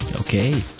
okay